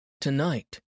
Tonight